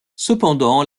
cependant